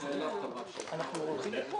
מה את אומרת?